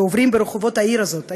ועוברים ברחובות העיר הזאת,